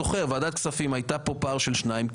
זוכר שבוועדת כספים היה פער של שניים,